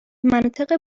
مناطق